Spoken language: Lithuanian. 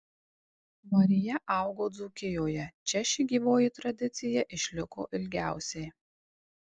marija augo dzūkijoje čia ši gyvoji tradicija išliko ilgiausiai